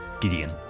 Gideon